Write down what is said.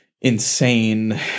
insane